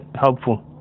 helpful